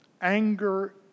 anger